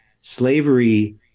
slavery